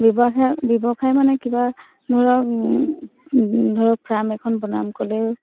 ব্যৱসায় ব্যৱসায় মানে কিবা ধৰক ধৰক ফ্ৰাম এখন বনাম ক'লেও